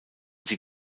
sie